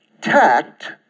tact